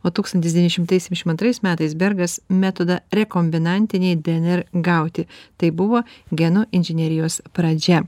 o tūkstanatis devyni šimtai septynšim antrais metais bergas metodą rekombinantinei dnr gauti tai buvo genų inžinerijos pradžia